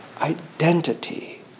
identity